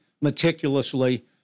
meticulously